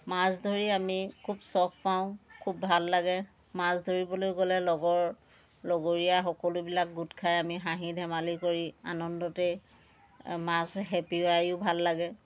মাছ ধৰি আমি খুব চখ পাওঁ খুব ভাল লাগে মাছ ধৰিবলৈ গ'লে লগৰ লগৰীয়া সকলোবিলাক গোট খাই আমি হাঁহি ধেমালি কৰি আনন্দতে মাছ খেঁপিয়াইও ভাল লাগে